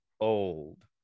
old